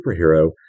superhero